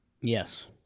Yes